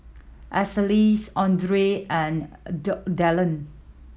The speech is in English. Aracely's Audry and Dillion